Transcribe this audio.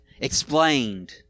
explained